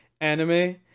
anime